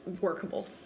workable